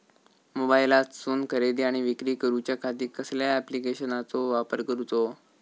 मोबाईलातसून खरेदी आणि विक्री करूच्या खाती कसल्या ॲप्लिकेशनाचो वापर करूचो?